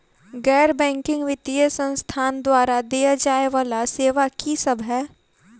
गैर बैंकिंग वित्तीय संस्थान द्वारा देय जाए वला सेवा की सब है?